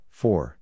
four